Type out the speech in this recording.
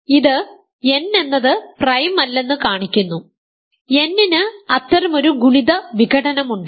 അതിനാൽ ഇത് n എന്നത് പ്രൈം അല്ലെന്ന് കാണിക്കുന്നു n ന് അത്തരമൊരു ഗുണിത വിഘടനം ഉണ്ട്